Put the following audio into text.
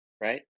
Right